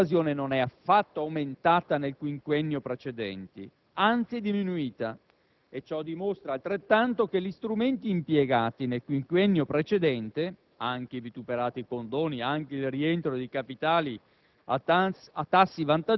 Ciò dimostra che l'evasione non è affatto aumentata nel quinquennio precedente, anzi è diminuita; ciò dimostra altrettanto che gli strumenti impiegati nel quinquennio precedente (anche i vituperati condoni, anche il rientro dei capitali